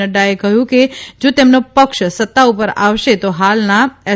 નઙાએ કહ્યું કે જો તેમનો પક્ષ સત્તા ઉપર આવશે તો હાલના એસ